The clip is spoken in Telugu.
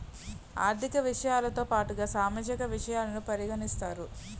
ఆర్థిక విషయాలతో పాటుగా సామాజిక విషయాలను పరిగణిస్తారు